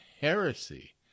heresy